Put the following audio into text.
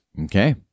Okay